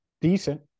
Decent